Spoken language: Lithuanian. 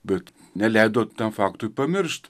bet neleido tam faktui pamiršt